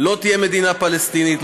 לא תהיה מדינה פלסטינית,